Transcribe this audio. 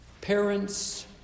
parents